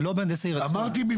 אמרתי.